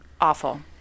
Awful